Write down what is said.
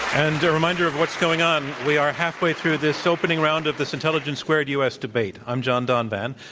and a reminder of what's going on, we are halfway through this opening round of this intelligence squared u. s. debate. i'm john donvan.